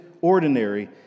ordinary